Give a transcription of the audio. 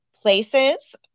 places